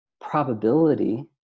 probability